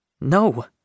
No